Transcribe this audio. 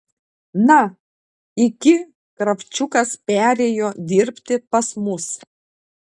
na iki kravčiukas perėjo dirbti pas mus